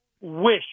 wish